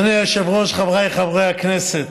אדוני היושב-ראש, חבריי חברי הכנסת,